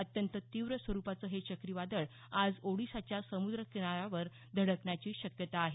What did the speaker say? अत्यंत तीव्र स्वरुपाचं हे चक्रीवादळ आज ओडिसाच्या समुद्रकिनाऱ्यावर धडकण्याची शक्यता आहे